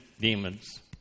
demons